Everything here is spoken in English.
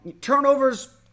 Turnovers